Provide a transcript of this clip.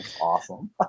Awesome